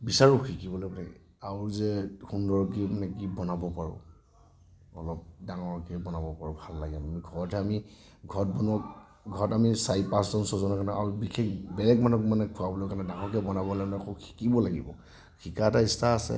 বিচাৰোঁ শিকিবলৈ আৰু যে সুন্দৰ কি নে কি বনাব পাৰোঁ অলপ ডাঙৰকে বনাব পাৰোঁ ভাল লাগে ঘৰত যে আমি ঘৰত বনোৱা ঘৰত আমি চাৰি পাঁচজন ছজনৰ কাৰণে আৰু বিশেষ বেলেগ মানুহক মানে খোৱাবলে মানে ডাঙৰকৈ বনাব লাগিলে সৌ শিকিব লাগিব শিকা এটা ইচ্ছা আছে